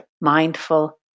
mindful